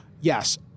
yes